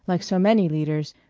like so many leaders,